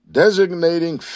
designating